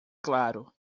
claro